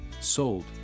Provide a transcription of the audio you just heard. Sold